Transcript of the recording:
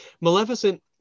Maleficent